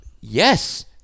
Yes